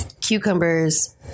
cucumbers